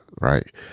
right